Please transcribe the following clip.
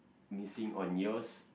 missing on yours